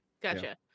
gotcha